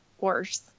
worse